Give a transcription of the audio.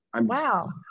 Wow